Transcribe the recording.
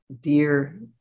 dear